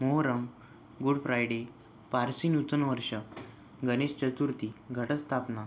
Muharram good Friday Parsi नूतन वर्ष गणेश चतुर्थी घटस्थापना